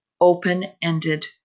open-ended